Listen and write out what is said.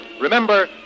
Remember